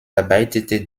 arbeitete